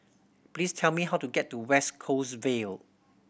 please tell me how to get to West Coast Vale